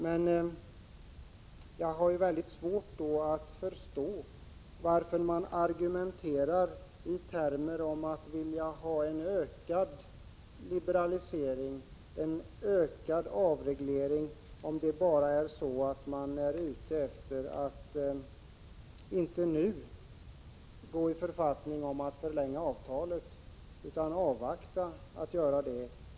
Men då har jag svårt att förstå varför man argumenterar i termer om att vilja ha en ökad liberalisering, en ökad avreglering, om man bara är ute efter att inte nu gå i författning om att förlänga avtalet utan vill avvakta.